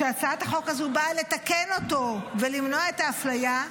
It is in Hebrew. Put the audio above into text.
שהצעת החוק הזו באה לתקן אותו ולמנוע את האפליה,